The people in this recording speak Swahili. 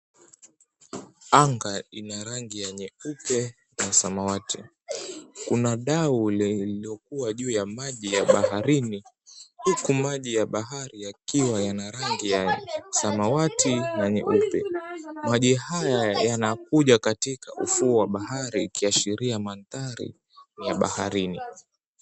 Anga ina rangi ya nyeupe na samawati. Kuna dau lililokuwa juu ya maji ya baharini, huku maji ya bahari yakiwa yana rangi ya samawati na nyeupe. Maji haya yanakuja katika ufuo wa bahari ikiashiria mandhari ni ya baharini.